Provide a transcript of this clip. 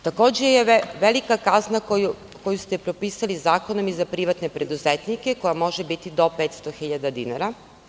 Takođe je velika kazna koju ste propisali zakonom i za privatne preduzetnike, koja može biti do 500.000 dinara.